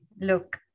Look